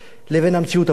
לבין המציאות הפוליטית.